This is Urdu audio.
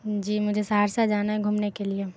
جی مجھے سہرسہ جانا ہے گھومنے کے لیے